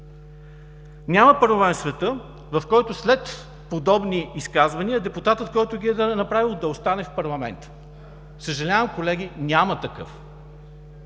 Няма парламент в света, в който след подобни изказвания депутатът, който ги е направил, да остане в парламента. Съжалявам, колеги, няма такъв.